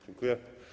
Dziękuję.